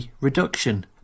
reduction